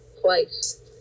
place